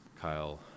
Kyle